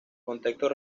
contextos